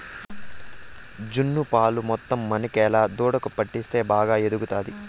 జున్ను పాలు మొత్తం మనకేలా దూడకు పట్టిస్తే బాగా ఎదుగుతాది